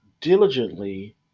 diligently